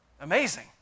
Amazing